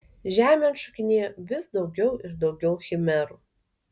žemėn šokinėjo vis daugiau ir daugiau chimerų